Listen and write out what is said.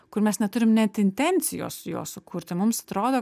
kur mes neturim net intencijos jo sukurti mums atrodo